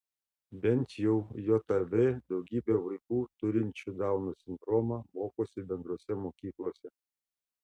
bent jau jav daugybė vaikų turinčių dauno sindromą mokosi bendrose mokyklose